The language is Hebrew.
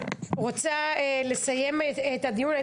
רוצה לסיים את הדיון.